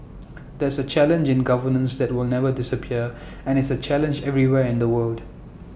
that's A challenge in governance that will never disappear and is A challenge everywhere in the world